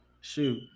shoot